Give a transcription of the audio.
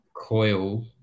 Coil